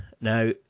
now